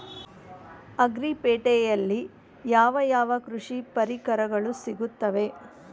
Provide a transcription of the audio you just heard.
Agri ಪೇಟೆನಲ್ಲಿ ಯಾವ ಯಾವ ಕೃಷಿ ಪರಿಕರಗಳು ಸಿಗುತ್ತವೆ?